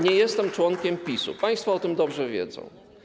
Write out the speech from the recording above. Nie jestem członkiem PiS-u, państwo o tym dobrze wiedzą.